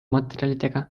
materjalidega